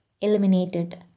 eliminated